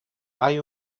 hai